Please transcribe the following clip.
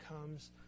comes